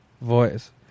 voice